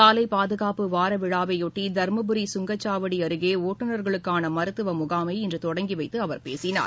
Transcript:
சாலைப்பாதுகாப்பு வாரவிழாவை ஒட்டி தர்மபுரி சுங்கச்சாவடி அருகே ஒட்டுநர்களுக்கான மருத்துவ முனமை இன்று தொடங்கி வைத்து அவர் பேசினார்